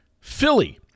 Philly